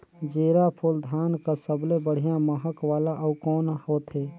जीराफुल धान कस सबले बढ़िया महक वाला अउ कोन होथै?